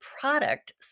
product